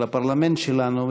של הפרלמנט שלנו,